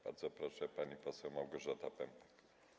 Bardzo proszę, pani poseł Małgorzata Pępek.